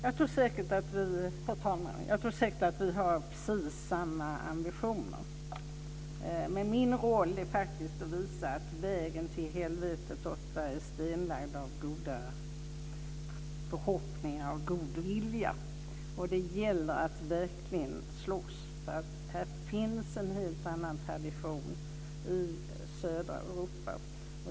Herr talman! Jag tror säkert att vi har precis samma ambitioner. Men min roll är att visa att vägen till helvetet ofta är stenlagd av goda förhoppningar och god vilja. Det gäller att slåss. I södra Europa finns en helt annan tradition.